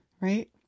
right